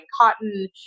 cotton